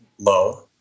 low